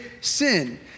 sin